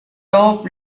top